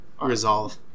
Resolve